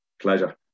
pleasure